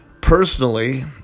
Personally